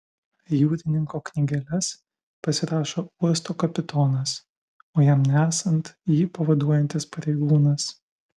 jūrininko knygeles pasirašo uosto kapitonas o jam nesant jį pavaduojantis pareigūnas